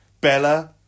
Bella